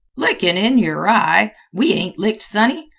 lickin' in yer eye! we ain't licked, sonny.